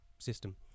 System